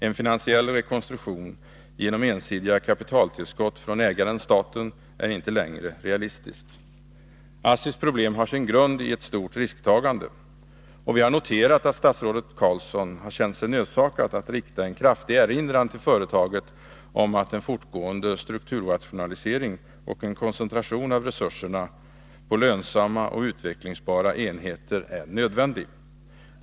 En finansiell rekonstruktion genom ensidiga kapitaltillskott från ägaren/staten är inte längre realistisk. ASSI:s problem har sin grund i ett stort risktagande. Vi har noterat att statsrådet Carlsson känt sig nödsakad att rikta en kraftig erinran till företaget om att en fortgående strukturrationalisering och en koncentration av resurserna till lönsamma och utvecklingsbara enheter är nödvändig.